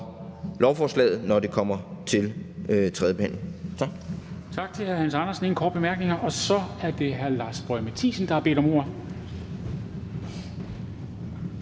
lovforslaget, når det kommer til tredje